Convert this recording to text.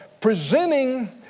presenting